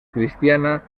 cristiana